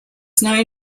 known